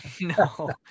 No